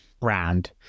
brand